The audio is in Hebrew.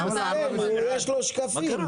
יש לו שקפים.